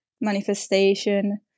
manifestation